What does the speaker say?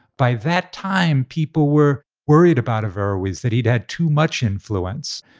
by that time, people were worried about averroes, that he'd had too much influence,